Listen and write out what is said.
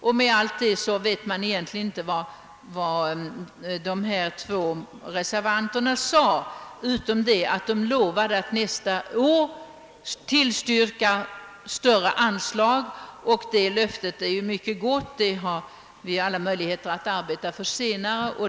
Med tanke på allt detta förstår jag egentligen inte vad de två reservanterna ville säga, bortsett från att de lovade att nästa år tillstyrka större anslag. Det löftet är ju bra, men till den saken får vi återkomma senare.